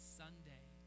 sunday